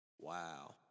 wow